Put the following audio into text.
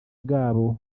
bwabo